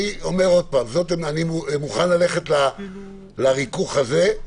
אני אומר עוד פעם, שאני מוכן ללכת לריכוך הזה.